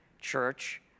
church